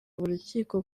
urukiko